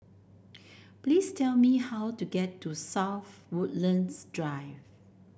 please tell me how to get to South Woodlands Drive